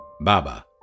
Baba